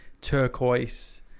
turquoise